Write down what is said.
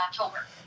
October